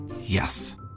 Yes